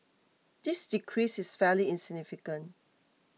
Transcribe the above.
this decrease is fairly significant